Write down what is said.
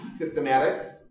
systematics